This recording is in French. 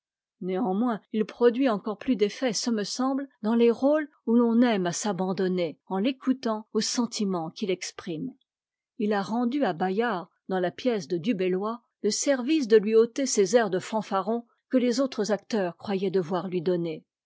néanmoins it produit encore plus d'effet ce me semble dans les rotes où l'on aime à s'abandonner en l'écoutant aux sentiments qu'il exprime il a rendu à bayard dans la pièce de du belloy le service de lui ôter ces airs de fanfaron que les autres acteurs croyaient devoir lui donner